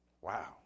Wow